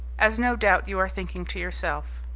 as no doubt you are thinking to yourself.